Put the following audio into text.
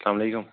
اَسلامُ علیکُم